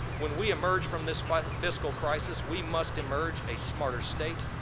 when we emerge from this fiscal crisis we must emerge a smarter state,